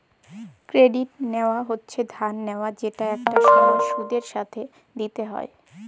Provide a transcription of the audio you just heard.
credit নেওয়া হচ্ছে ধার নেওয়া যেটা একটা সময় সুদের সাথে দিতে হয়